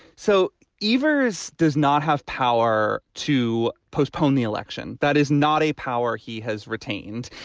so iver's does not have power to postpone the election. that is not a power he has retained.